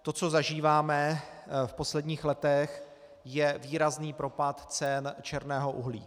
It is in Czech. To, co zažíváme v posledních letech, je výrazný propad cen černého uhlí.